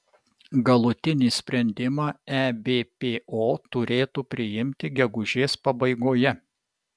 galutinį sprendimą ebpo turėtų priimti gegužės pabaigoje